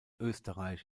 österreich